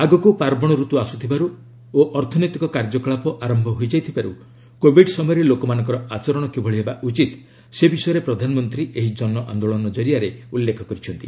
ଆଗକୁ ପାର୍ବଣ ଋତୁ ଆସୁଥିବାରୁ ଓ ଅର୍ଥନୈତିକ କାର୍ଯ୍ୟକଳାପ ଆରମ୍ଭ ହୋଇଯାଇଥିବାରୁ କୋବିଡ୍ ସମୟରେ ଲୋକମାନଙ୍କର ଆଚରଣ କିଭଳି ହେବା ଉଚିତ୍ ସେ ବିଷୟରେ ପ୍ରଧାନମନ୍ତ୍ରୀ ଏହି ଜନଆନ୍ଦୋଳନ ଜରିଆରେ ଉଲ୍ଲେଖ କରିଛନ୍ତି